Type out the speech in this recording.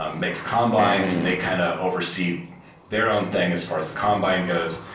um makes combines and they kind of oversee their own thing as far as the combine goes.